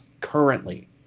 currently